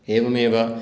एवमेव